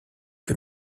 que